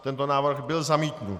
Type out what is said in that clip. Tento návrh byl zamítnut.